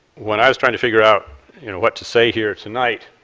when i was trying to figure out what to say here tonight,